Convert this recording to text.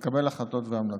ולקבל החלטות והמלצות,